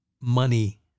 money